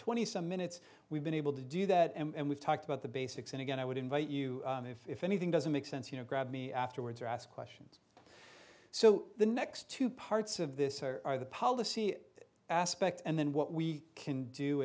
twenty some minutes we've been able to do that and we've talked about the basics and again i would invite you if anything doesn't make sense you know grab me afterwards or ask question so the next two parts of this are the policy aspect and then what we can do